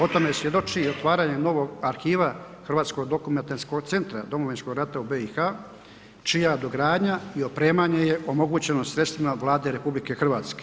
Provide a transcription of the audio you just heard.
O tome svjedoči i otvaranje novog arhiva Hrvatskog dokumentacijskog centra Domovinskog rata u BiH čija dogradnja čija dogradnja i opremanje je omogućeno sredstvima Vlade RH.